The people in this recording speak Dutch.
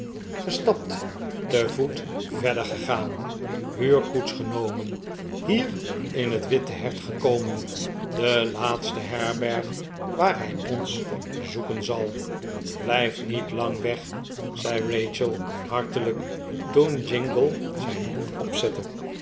gestapt te voet verder gegaan huurkoets genomen hier in het witte hert gekomen de laatste herberg waar hij ons zoeken zal blijf niet lang weg zei rachel hartelijk toen jingle zijn hoed opzette